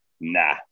nah